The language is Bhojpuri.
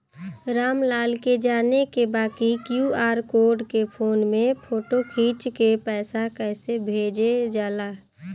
राम लाल के जाने के बा की क्यू.आर कोड के फोन में फोटो खींच के पैसा कैसे भेजे जाला?